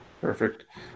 Perfect